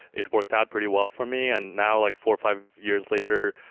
it worked out pretty well for me. and now, like four, five years later,